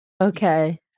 Okay